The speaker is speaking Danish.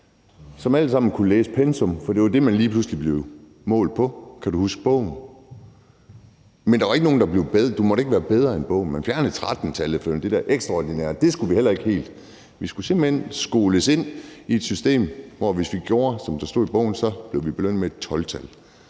som alle sammen kunne læse pensum, for det var det, man lige pludselig blev målt på – kan du huske bogen? Men der var ikke nogen, der måtte være bedre end bogen. Man fjernede 13-tallet, for det der ekstraordinære skulle vi heller ikke have. Vi skulle simpelt hen skoles ind i et system, hvor vi, hvis vi gjorde, som der stod i bogen, blev belønnet med et 12-tal.